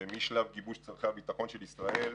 משלב גיבוש צורכי הביטחון של ישראל,